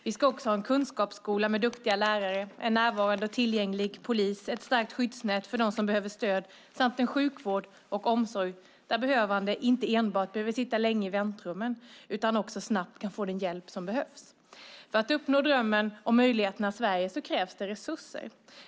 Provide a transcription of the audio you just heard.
Vi ska också ha en kunskapsskola med duktiga lärare, en närvarande och tillgänglig polis, ett starkt skyddsnät för dem som behöver stöd samt en sjukvård och omsorg där behövande inte ska behöva sitta länge i väntrummet utan snabbt kunna få den hjälp som behövs. För att uppnå drömmen om möjligheternas Sverige krävs det resurser.